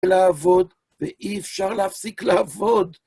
לעבוד, ואי אפשר להפסיק לעבוד.